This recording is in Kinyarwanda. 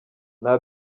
nta